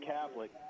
Catholic